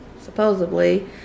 supposedly